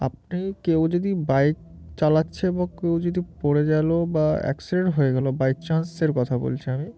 আপনি কেউ যদি বাইক চালাচ্ছে বা কেউ যদি পড়ে গেল বা অ্যাক্সিডেন্ট হয়ে গেলো বাই চান্সের কথা বলছি আমি